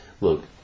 look